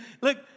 look